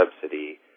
subsidy